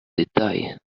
detail